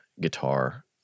guitar